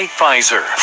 Pfizer